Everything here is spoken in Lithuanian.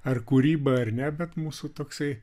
ar kūryba ar ne bet mūsų toksai